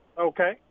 Okay